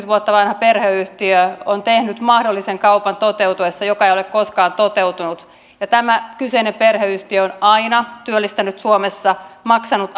vuotta vanha perheyhtiö on tehnyt mahdollisen kaupan toteutuessa joka ei ole koskaan toteutunut tämä kyseinen perheyhtiö on aina työllistänyt suomessa maksanut